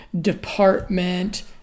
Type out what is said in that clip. department